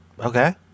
Okay